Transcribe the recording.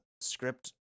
script